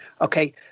Okay